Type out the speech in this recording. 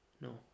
No